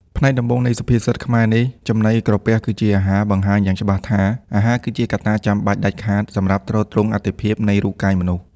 ផ្នែកដំបូងនៃសុភាសិតខ្មែរនេះ ចំណីក្រពះគឺជាអាហារ បង្ហាញយ៉ាងច្បាស់ថា អាហារគឺជាកត្តាចាំបាច់ដាច់ខាតសម្រាប់ទ្រទ្រង់អត្ថិភាពនៃរូបកាយមនុស្ស។